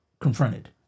Confronted